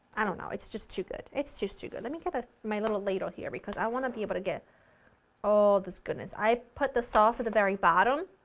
i don't know it's just too good, it's too too good. let me get ah my little ladle here because i want to be able to get all this goodness. i put the sauce at the very bottom,